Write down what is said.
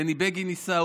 בני בגין ניסה,